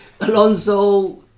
Alonso